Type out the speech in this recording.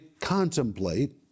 contemplate